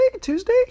Tuesday